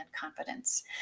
confidence